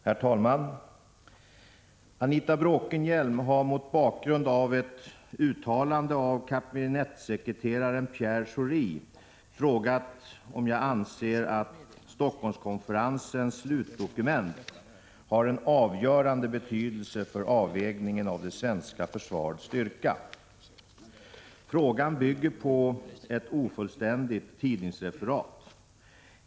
Herr talman! Anita Bråkenhielm har mot bakgrund av ett uttalande av kabinettssekreterare Pierre Schori frågat om jag anser att Stockholmskonferensens slutdokument har en avgörande betydelse för avvägningen av det svenska försvarets styrka. Frågan bygger på ett ofullständigt tidningsreferat.